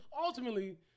ultimately